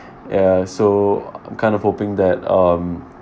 ya so I'm kind of hoping that um